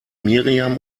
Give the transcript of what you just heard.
miriam